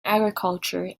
agriculture